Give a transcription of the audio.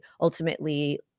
ultimately